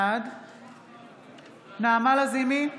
בעד נעמה לזימי,